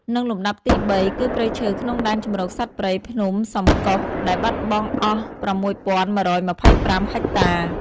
និងលំដាប់ទី៣ គឺព្រៃឈើក្នុងដែនជម្រកសត្វព្រៃភ្នំសំកុស ដែលបាត់បង់អស់៦១២៥ហិកតា។